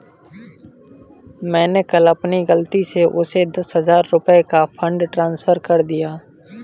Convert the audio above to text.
मैंने कल अपनी गलती से उसे दस हजार रुपया का फ़ंड ट्रांस्फर कर दिया